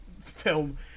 film